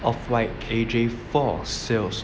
off light K_G four sales